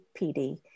PD